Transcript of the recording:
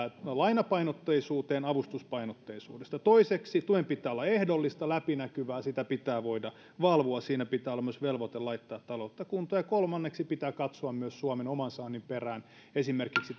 lainapainotteisuuteen avustuspainotteisuudesta toiseksi tuen pitää olla ehdollista läpinäkyvää sitä pitää voida valvoa ja siinä pitää olla myös velvoite laittaa taloutta kuntoon kolmanneksi pitää katsoa myös suomen oman saannin perään esimerkiksi